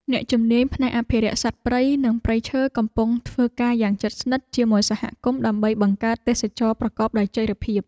អ្នកជំនាញផ្នែកអភិរក្សសត្វព្រៃនិងព្រៃឈើកំពុងធ្វើការយ៉ាងជិតស្និទ្ធជាមួយសហគមន៍ ដើម្បីបង្កើតទេសចរណ៍ប្រកបដោយចីរភាព។